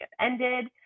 ended